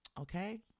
okay